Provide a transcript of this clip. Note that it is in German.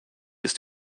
ist